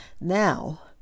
Now